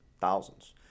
thousands